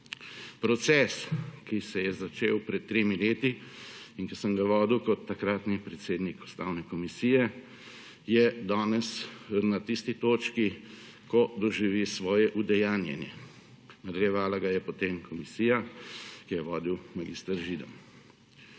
Proces, ki se je začel pred tremi leti in ki sem ga vodil kot takratni predsednik Ustavne komisije, je danes na tisti točki, ko doživi svoje udejanjenje. Nadaljevala ga je potem komisija, ki jo je vodil mag. Židan.